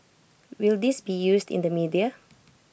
will this be used in the media